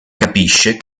capisce